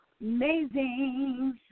amazing